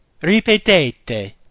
ripetete